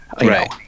right